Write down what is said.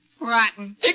Rotten